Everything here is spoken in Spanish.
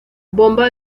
bomba